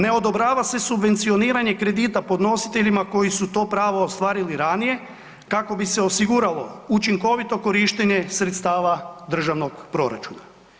Ne odobrava se subvencioniranje kredita podnositeljima koji su to pravo ostvarili ranije, kako bi se osiguralo učinkovito korištenje sredstava državnog proračuna.